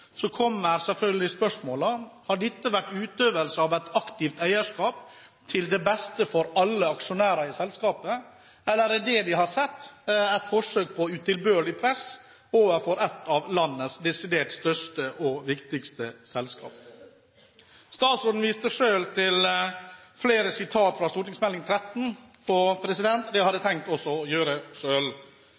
kommer selvfølgelig spørsmålene: Har dette vært utøvelse av et aktivt eierskap til beste for alle aksjonærer i selskapet? Eller er det vi har sett, et forsøk på utilbørlig press overfor et av landets desidert største og viktigste selskap? Statsråden viste selv til flere sitater fra Meld. St. 13, og det har jeg også tenkt å gjøre.